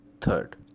third